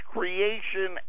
Creation